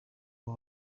abo